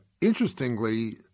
Interestingly